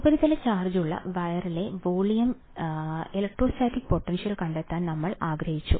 ഉപരിതല ചാർജുള്ള വയറിലെ വോളിയം ഇലക്ട്രോസ്റ്റാറ്റിക് പൊട്ടൻഷ്യൽ കണ്ടെത്താൻ നമ്മൾ ആഗ്രഹിച്ചു